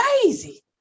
crazy